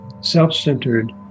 self-centered